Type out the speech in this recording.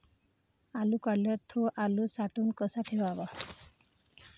आलू काढल्यावर थो आलू साठवून कसा ठेवाव?